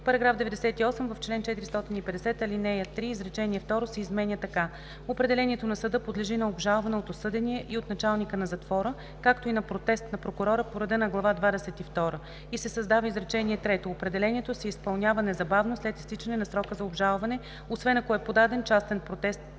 § 98: „§ 98. В чл. 450, ал. 3 изречение второ се изменя така: „Определението на съда подлежи на обжалване от осъдения и от началника на затвора, както и на протест на прокурора по реда на глава двадесет и втора“ и се създава изречение трето: „Определението се изпълнява незабавно след изтичане на срока за обжалване, освен ако е подаден частен протест